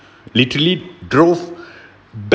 literally drove